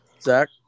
Zach